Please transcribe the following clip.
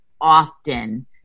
often